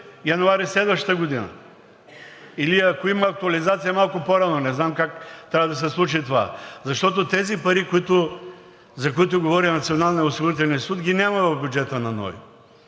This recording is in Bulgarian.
януари следващата година или ако има актуализация, малко по-рано – не знам как трябва да се случи това. Защото тези пари, за които говори Националният осигурителен институт, ги няма в бюджета на НОИ.